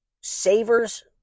savers